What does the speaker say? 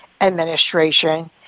administration